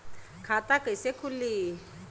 खाता कईसे खुली?